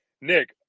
Nick